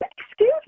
Excuse